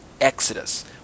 Exodus